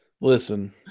Listen